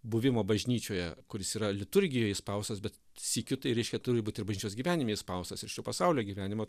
buvimo bažnyčioje kuris yra liturgijoj įspaustas bet sykiu tai reiškia turi būt ir bažnyčios gyvenime įspaustas ir šio pasaulio gyvenimo